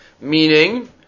Meaning